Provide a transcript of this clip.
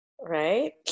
Right